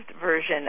version